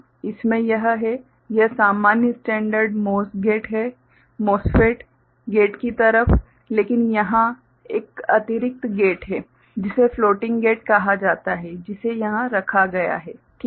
इसमें यह है यह सामान्य स्टेंडर्ड MOS गेट है MOSFET गेट की तरफ लेकिन यहां एक अतिरिक्त गेट है जिसे फ्लोटिंग गेट कहा जाता है जिसे यहाँ रखा गया है ठीक है